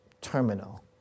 terminal